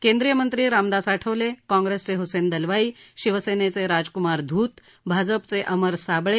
केंद्रीय मंत्री रामदास आठवले काँग्रेसचे हुसेन दलवाई शिवसेनेचे राजकुमार धूत भाजपचे अमर साबळे